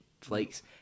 flakes